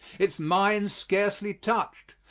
its mines scarcely touched,